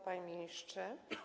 Panie Ministrze!